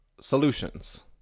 solutions